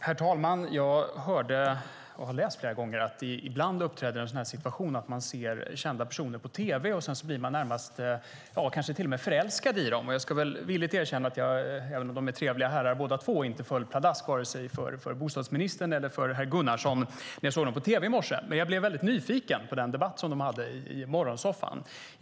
Herr talman! Jag hörde, och jag har läst flera gånger, att det ibland uppträder situationer när man närmast blir förälskad i kända personer som man ser på tv. Jag ska villigt erkänna att jag inte, även om det är två trevliga herrar här, föll pladask för vare sig bostadsministern eller herr Gunnarsson när jag såg dem på tv i morse. Men jag blev väldigt nyfiken på den debatt de hade i morgonsoffan.